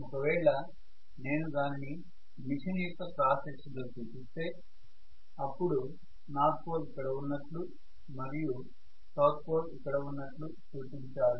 ఒకవేళ నేను దానిని మెషిన్ యొక్క క్రాస్ సెక్షన్లో చూపిస్తే అప్పుడు నార్త్ పోల్ ఇక్కడ ఉన్నట్లు మరియు సౌత్ పోల్ ఇక్కడ ఉన్నట్లు చూపించాలి